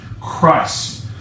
Christ